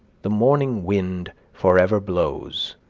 the morning wind forever blows,